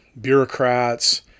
bureaucrats